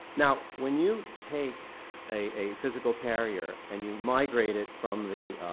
now when you take a physical carrier and you migrate it from the